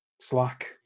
Slack